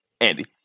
Andy